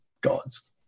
gods